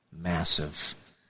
massive